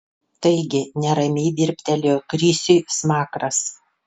taigi neramiai virptelėjo krisiui smakras